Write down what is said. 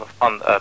on